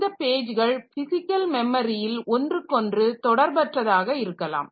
இந்த பேஜ்கள் பிஸிக்கல் மெமரியில் ஒன்றுக்கொன்று தொடர்பற்றதாக இருக்கலாம்